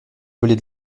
voler